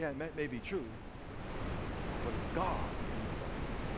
and that may be true but it's god in your life.